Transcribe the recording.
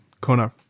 kona